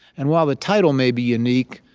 and while the title may be unique,